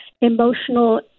emotional